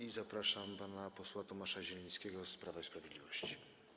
I zapraszam pana posła Tomasza Zielińskiego z Prawa i Sprawiedliwości.